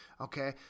Okay